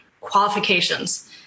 qualifications